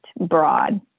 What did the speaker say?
broad